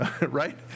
right